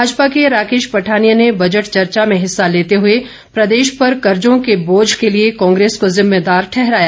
भाजपा के राकेश पठानिया ने बजट चर्चा में हिस्सा लेते हए प्रदेश पर कर्जो के बोझ के लिए कांग्रेस को जिम्मेदार ठहराया